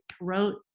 wrote